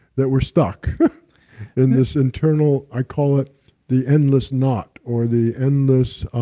that we're stuck in this internal, i call it the endless knot, or the endless